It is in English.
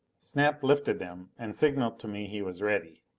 snap lifted them, and signaled to me he was ready.